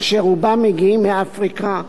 אשר רובם מגיעים מאפריקה,